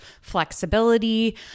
flexibility